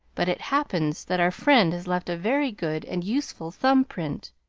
but it happens that our friend has left a very good and useful thumb-print.